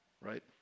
right